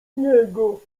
niego